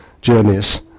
journeys